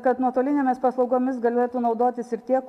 kad nuotolinėmis paslaugomis galėtų naudotis ir tie